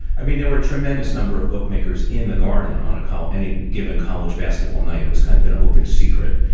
i mean, there were a tremendous number of bookmakers in the garden on a call. and any given college basketball night, it was kind of an open secret.